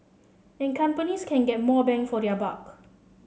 and companies can get more bang for their buck